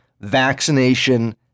vaccination